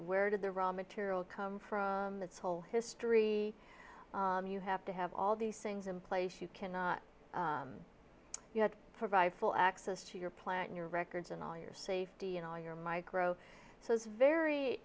where did the raw material come from this whole history you have to have all these things in place you cannot provide full access to your plan your records and all your safety and all your micro so it's very